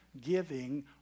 giving